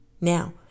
Now